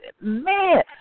Man